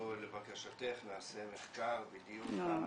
אנחנו, לבקשתך, נעשה מחקר בדיוק כמה